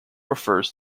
refers